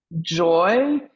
joy